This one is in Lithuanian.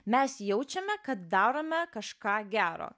mes jaučiame kad darome kažką gero